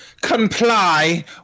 comply